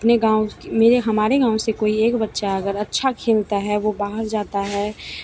अपने गाँव मेरे हमारे गाँव से कोई एक बच्चा अगर अच्छा खेलता है वह बाहर जाता है